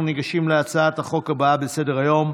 אנחנו ניגשים להצעת החוק הבאה שעל סדר-היום,